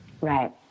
right